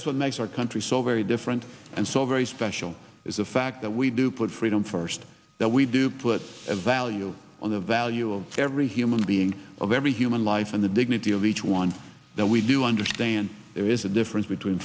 is what makes our country so very different and so very special is a fact that we do put freedom first that we do put a value on the value of every human being of every human life and the dignity of each one that we do understand there is a difference between